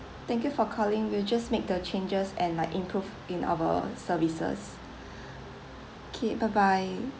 thank you for calling we'll just make the changes and like improve in our services okay bye bye